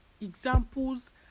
examples